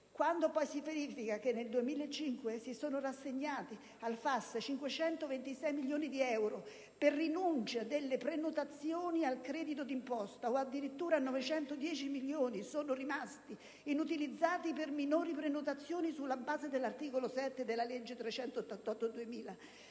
Quando poi si verifica che nel 2005 si sono riassegnati al FAS 526 milioni di euro per rinunce delle prenotazioni al credito d'imposta o addirittura 910 milioni sono rimasti inutilizzati per minori prenotazioni sulla base dell'articolo 7 della legge n.